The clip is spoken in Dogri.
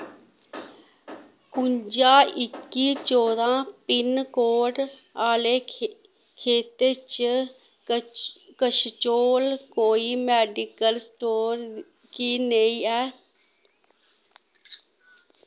कुंजा इक्की चौदां पिन कोड आह्ले खाते च कच्छ कोल कोई मैडिकल स्टोर की नेईं ऐ